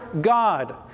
God